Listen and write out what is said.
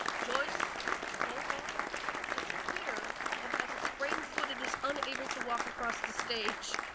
joyce lopa is here, but has a sprained foot and is unable to walk across the stage.